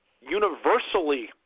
universally